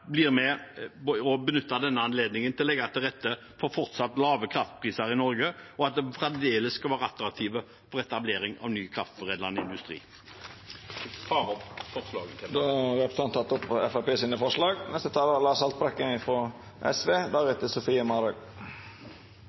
blir med og benytter denne anledningen til å legge til rette for fortsatt lave kraftpriser i Norge, at de fremdeles skal være attraktive for etablering av ny kraftforedlende industri. Jeg tar opp forslaget fra Fremskrittspartiet. Då har representanten Terje Halleland teke opp